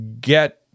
get